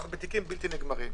אנו בתיקים בלתי-נגמרים.